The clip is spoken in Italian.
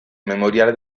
memoriale